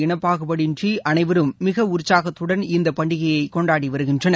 இன பாகுபாடின்றி அனைவரும் மிக உற்சாகத்துடன் இந்தப் பண்டிகையை கொண்டாடி வருகின்றனர்